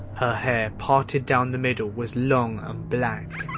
her hair parted down the middle was long and black.